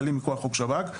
כללים מכוח חוק שב"כ.